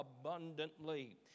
abundantly